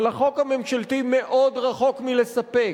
אבל החוק הממשלתי מאוד רחוק מלספק.